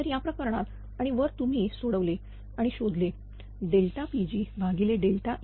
तर या प्रकरणात आणि वर तुम्ही सोडवणे आणि शोधले PgE